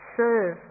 serve